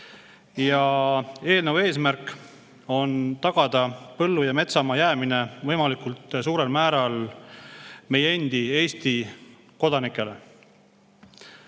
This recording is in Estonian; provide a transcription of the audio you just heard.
Eelnõu eesmärk on tagada põllu- ja metsamaa jäämine võimalikult suurel määral meie endi Eesti kodanikele. Aastaid